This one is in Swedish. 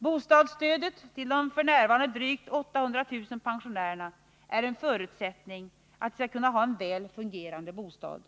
Bostadsstödet till de f. n. drygt 800 000 pensionärerna är en förutsättning för att de skall kunna ha en väl fungerande bostad.